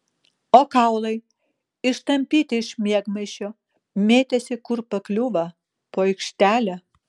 o kaulai ištampyti iš miegmaišio mėtėsi kur pakliūva po aikštelę